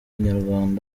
inyarwanda